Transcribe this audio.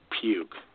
puke